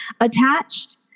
attached